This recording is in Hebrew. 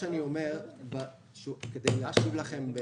כדי לסכם את